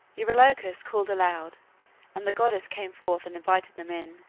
eurylochus called aloud and the goddess came forth and invited them in